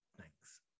Thanks